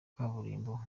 kaburimbo